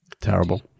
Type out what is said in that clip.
Terrible